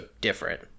different